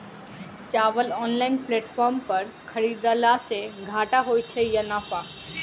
चावल online platform पर खरीदलासे घाटा होइ छै या नफा?